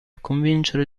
convincere